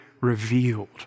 revealed